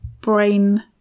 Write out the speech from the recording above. brain